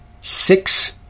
six